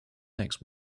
next